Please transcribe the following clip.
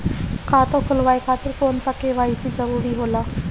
खाता खोलवाये खातिर कौन सा के.वाइ.सी जरूरी होला?